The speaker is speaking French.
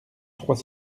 trois